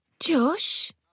Josh